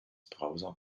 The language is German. browser